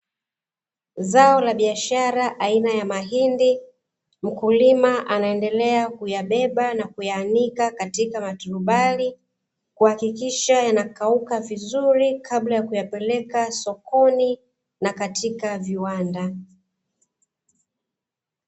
Zao la biashara aina ya mahindi, mkulima anaendelea kuyabeba na kuyaanika katika maturubai kuhakikisha yanakauka vizuri kabla ya kuyapeleka sokoni na katika viwanda.